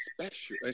special